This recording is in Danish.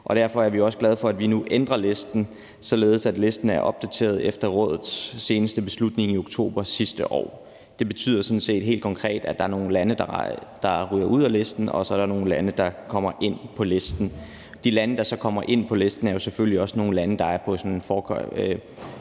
derfor er vi også glade for, at vi nu ændrer listen, således at listen er opdateret efter Rådets seneste beslutning i oktober sidste år. Det betyder sådan set helt konkret, at der er nogle lande, der ryger ud af listen, og at der er nogle lande, der kommer ind på listen. De lande, der så kommer ind på listen, er selvfølgelig også nogle lande, der er på en